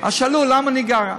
אז שאלו: למה ניגרע?